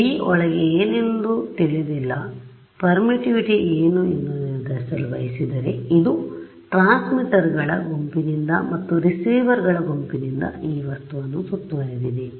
ಆದ್ದರಿಂದ D ಒಳಗೆ ಏನೆಂದು ತಿಳಿದಿಲ್ಲ ಪರ್ಮಿಟಿವಿಟಿ ಏನು ಎಂದು ನಿರ್ಧರಿಸಲು ಬಯಸಿದರೆ ಇದು ಟ್ರಾನ್ಸ್ಮಿಟರ್ಗಳ ಗುಂಪಿನಿಂದ ಮತ್ತು ರಿಸೀವರ್ಗಳ ಗುಂಪಿನಿಂದ ಈ ವಸ್ತುವನ್ನು ಸುತ್ತುವರೆದಿದೆ